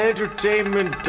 Entertainment